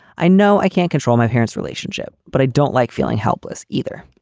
i know i can't control my parents relationship, but i don't like feeling helpless either